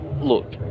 look